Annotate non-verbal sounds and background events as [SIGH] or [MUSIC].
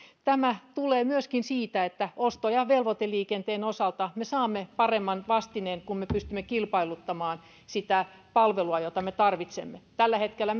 tämä tulee myöskin siitä että osto ja velvoiteliikenteen osalta me saamme paremman vastineen kun me pystymme kilpailuttamaan sitä palvelua jota me tarvitsemme tällä hetkellä [UNINTELLIGIBLE]